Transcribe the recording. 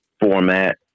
format